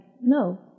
No